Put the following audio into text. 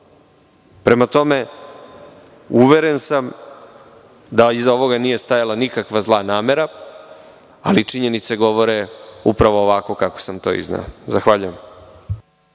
tome, uveren sam da iza ovoga nije stajala nikakva namera, ali činjenice govore upravo ovako kako sam to izneo. Zahvaljujem.